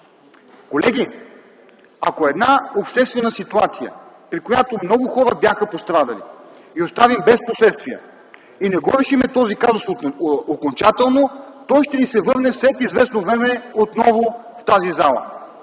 колеги, ако една обществена ситуация, при която много хора бяха пострадали, я оставим без последствия и не решим този казус окончателно, той ще ни се върне след известно време отново в тази зала.